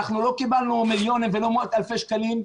אנחנו לא קיבלנו מיליונים ולא מאות אלפי שקלים,